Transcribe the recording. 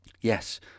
Yes